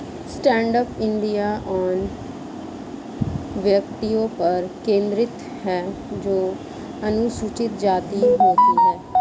stand up India उन व्यक्तियों पर केंद्रित है जो अनुसूचित जाति होती है